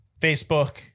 Facebook